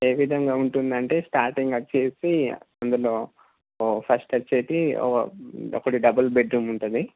ఏ విధంగా ఉంటుందంటే స్టాటింగ్ వచ్చేసి అందులో ఓ ఫస్ట్ వచ్చేసి ఓ ఒకటి డబుల్ బెడ్రూమ్ ఉంటుంది